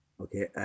Okay